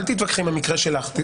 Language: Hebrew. אל תתווכחי עם המקרה שלך.